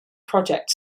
project